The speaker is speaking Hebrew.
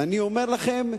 ואני אומר לכם,